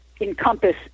encompass